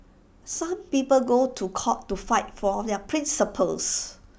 some people go to court to fight for their principles